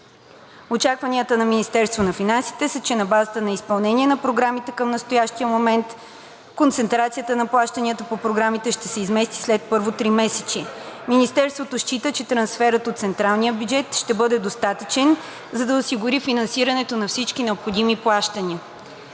Очакванията на Министерството на финансите са, че на база изпълнение на програмите към настоящия момент концентрацията на плащанията по програмите ще се измести след първо тримесечие. Министерството счита, че трансферът от централния бюджет ще бъде достатъчен, за да осигури финансирането на всички необходими плащания.